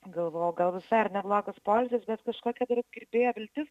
galvojau gal visai ir neblogas poilsis bet kažkokia dar kirbėjo viltis